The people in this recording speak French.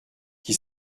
qui